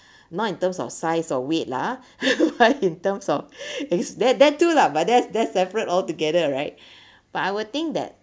not in terms of size or weight lah in terms of is that that's two lah but that's that's separate altogether right but I will think that